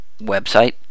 website